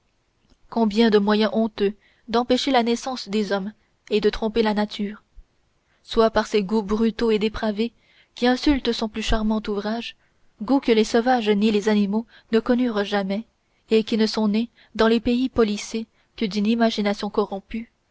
combien de moyens honteux d'empêcher la naissance des hommes et de tromper la nature soit par ces goûts brutaux et dépravés qui insultent son plus charmant ouvrage goûts que les sauvages ni les animaux ne connurent jamais et qui ne sont nés dans les pays policés que d'une imagination corrompue